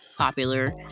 popular